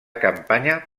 campanya